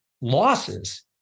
losses